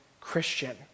Christian